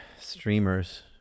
streamers